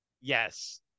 Yes